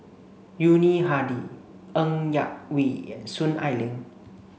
Yuni Hadi Ng Yak Whee and Soon Ai Ling